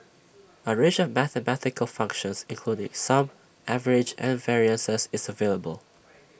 A range of mathematical functions including sum average and variances is available